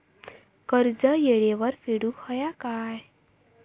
कर्ज येळेवर फेडूक होया काय?